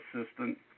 assistant